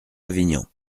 avignon